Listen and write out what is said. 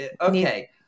okay